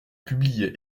publiait